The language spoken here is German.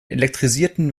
elektrisierten